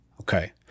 okay